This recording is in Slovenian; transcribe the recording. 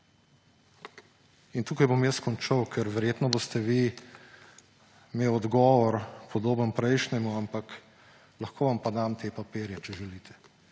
In tukaj bom jaz končal, ker verjetno boste vi imeli odgovor, podoben prejšnjemu. Lahko vam pa dam te papirje, če želite.